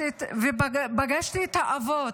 ופגשתי את האבות.